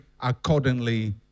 accordingly